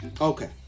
okay